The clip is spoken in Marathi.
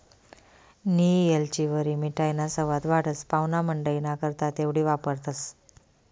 नियी येलचीवरी मिठाईना सवाद वाढस, पाव्हणामंडईना करता तेवढी वापरतंस